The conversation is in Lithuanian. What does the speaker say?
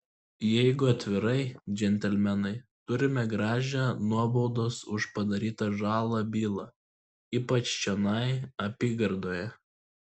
jeigu atvirai džentelmenai turime gražią nuobaudos už padarytą žalą bylą ypač čionai apygardoje